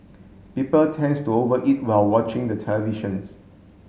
people tends to over eat while watching the televisions